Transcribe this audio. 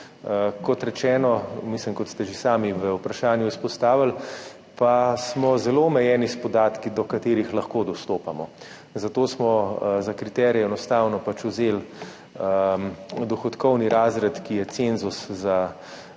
targetirati. Kot ste že sami v vprašanju izpostavili, smo zelo omejeni s podatki, do katerih lahko dostopamo. Zato smo za kriterije enostavno pač vzeli dohodkovni razred, ki je cenzus za